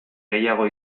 gehiago